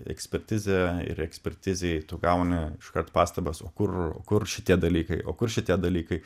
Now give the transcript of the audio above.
ekspertizę ir ekspertizei tu gauni iškart pastabas o kur kur šitie dalykai o kur šitie dalykai